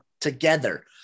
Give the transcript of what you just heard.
together